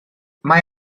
mae